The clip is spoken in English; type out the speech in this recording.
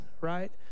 right